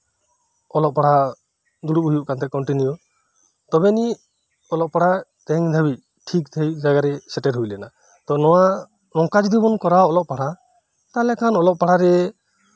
ᱚᱞᱚᱜ ᱯᱟᱲᱦᱟᱜ ᱫᱩᱲᱩᱵ ᱦᱳᱭᱳᱜ ᱠᱟᱱ ᱛᱤᱧᱟ ᱛᱚᱵᱮ ᱟᱱᱤᱡ ᱴᱷᱤᱠ ᱥᱟᱹᱦᱤᱡ ᱛᱮᱦᱮᱧ ᱱᱚᱶᱟ ᱡᱟᱭᱜᱟᱨᱮ ᱥᱮᱴᱮᱨ ᱦᱳᱭ ᱞᱮᱱᱟ ᱛᱚ ᱱᱚᱶᱟ ᱱᱚᱝᱠᱟ ᱡᱚᱫᱤ ᱵᱚᱱ ᱠᱚᱨᱟᱣᱟ ᱚᱞᱚᱜ ᱯᱟᱲᱦᱟᱜ ᱛᱟᱦᱞᱮ ᱠᱷᱟᱱ ᱚᱞᱚᱜ ᱯᱟᱲᱦᱟᱜ ᱨᱮ